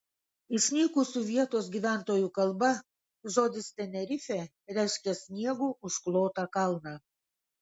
išnykusių vietos gyventojų kalba žodis tenerifė reiškia sniegu užklotą kalną